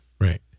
Right